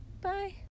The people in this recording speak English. Bye